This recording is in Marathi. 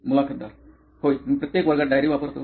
मुलाखतदार होय मी प्रत्येक वर्गात डायरी वापरतो